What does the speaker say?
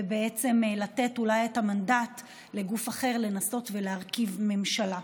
ובעצם אולי לתת את המנדט לגוף אחר לנסות ולהרכיב ממשלה.